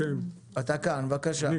בבקשה,